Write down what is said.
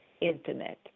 Internet